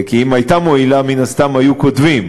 כי אם הייתה מועילה, מן הסתם היו כותבים.